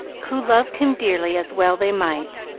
who loved him dearly, as well they might,